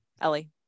Ellie